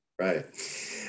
Right